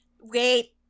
Wait